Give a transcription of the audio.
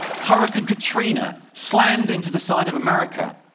hurricane katrina slammed into the side of america.